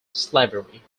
slavery